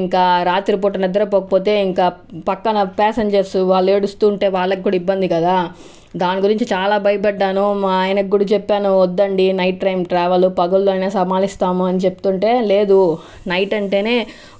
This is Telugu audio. ఇంకా రాత్రిపూట నిద్రపోకపోతే ఇంకా పక్కన ప్యాసింజర్స్ వాళ్ళు ఏడుస్తుంటే వాళ్లకు కూడా ఇబ్బంది కదా దాని గురించి చాలా భయపడ్డాను మా ఆయనకు కూడా చెప్పాను వద్దు అండి నైట్ టైం ట్రావెల్ పగుల్లో అయినా సంభాలిస్తాము అని చెప్తుంటే లేదు నైట్ అంటేనే